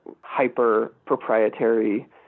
hyper-proprietary